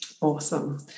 Awesome